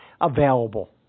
available